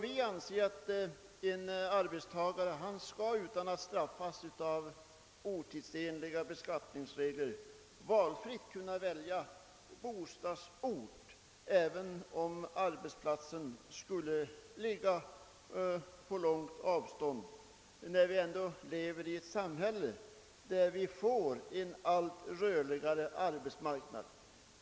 Vi anser att en arbetstagare utan att straffas av otidsenliga beskattningsregler fritt skall kunna välja bostadsort även om arbetsplatsen skulle ligga på långt avstånd, när vi ändå lever i ett samhälle där arbetsmarknaden blir allt rörligare.